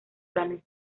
planes